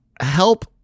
help